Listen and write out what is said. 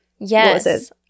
Yes